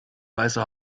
weiße